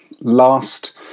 last